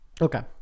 Okay